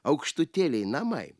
aukštutėliai namai